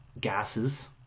gases